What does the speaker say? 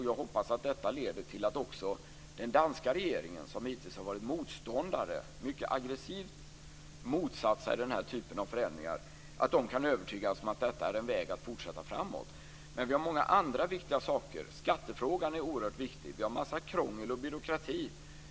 Jag hoppas att detta leder till att också den danska regeringen, som hittills mycket aggressivt motsatt sig den här typen av förändringar, kan övertygas om att detta är en väg att fortsätta framåt. Men det finns många andra viktiga saker också. Skattefrågan är oerhört viktig. Vi har en massa krångel och byråkrati.